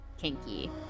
kinky